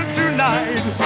tonight